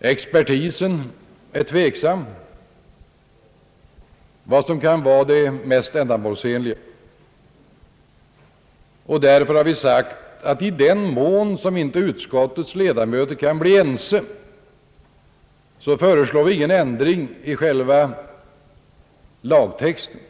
Expertisen är tveksam om vad som kan vara det mest ändamålsenliga. Därför har vi sagt, att i den mån som utskottets ledamöter inte kan komma överens, föreslår vi ingen ändring i själva lagtexten